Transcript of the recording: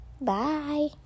Bye